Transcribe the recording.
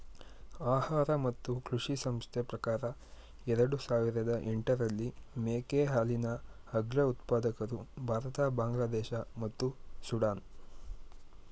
ಆಹಾರ ಮತ್ತು ಕೃಷಿ ಸಂಸ್ಥೆ ಪ್ರಕಾರ ಎರಡು ಸಾವಿರದ ಎಂಟರಲ್ಲಿ ಮೇಕೆ ಹಾಲಿನ ಅಗ್ರ ಉತ್ಪಾದಕರು ಭಾರತ ಬಾಂಗ್ಲಾದೇಶ ಮತ್ತು ಸುಡಾನ್